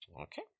Okay